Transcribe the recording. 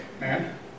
man